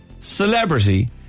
celebrity